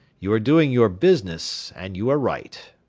you are doing your business, and you are right.